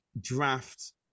draft